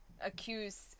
accuse